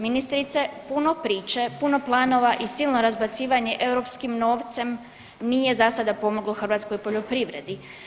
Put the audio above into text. Ministrice puno priče, puno planova i silno razbacivanje europskim novcem nije zasada pomoglo hrvatskoj poljoprivredi.